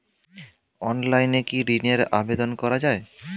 অনলাইনে কি ঋনের আবেদন করা যায়?